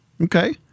Okay